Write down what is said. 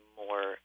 more